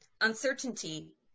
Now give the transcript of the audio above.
uncertainty